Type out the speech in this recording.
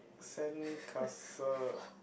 sand castle